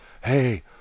Hey